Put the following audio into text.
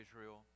Israel